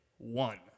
One